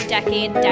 Decade